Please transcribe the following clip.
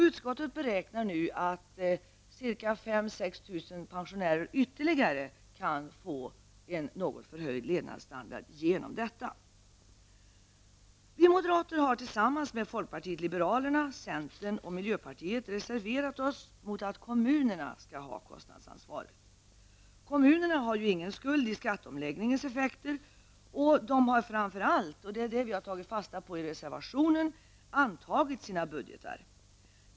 Uskottet beräknar nu att ytterligare 5 000--6 000 pensionärer kan få en något förhöjd levnadsstandard genom detta. Vi moderater har tillsammans med folkpartiet liberalerna, centern och miljöpartiet reserverat oss mot att kommunerna skall ha kostnadsansvaret. Kommunerna har ingen skuld i skatteomläggningens effekter, och de har framför allt, vilket vi har tagit fasta på i reservationen. redan antagit sina budgetar.